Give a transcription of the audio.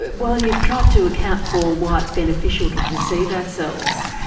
while you've tried to account for why it's beneficial to deceive ourselves,